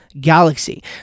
galaxy